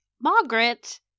Margaret